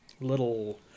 little